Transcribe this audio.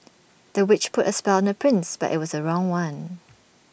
the witch put A spell on the prince but IT was the wrong one